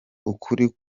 ukuri